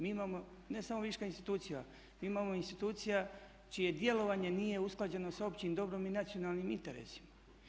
Mi imamo ne samo viška institucija, mi imamo institucija čije djelovanje nije usklađeno s općim dobrom i nacionalnim interesima.